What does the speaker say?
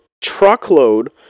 truckload